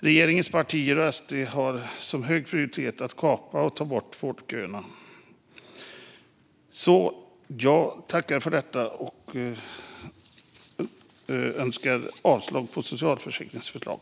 Regeringens partier och SD har som hög prioritet att kapa och ta bort vårdköerna. Jag yrkar bifall till utskottets förslag.